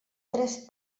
tres